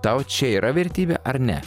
tau čia yra vertybė ar ne